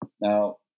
Now